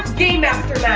game master